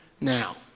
now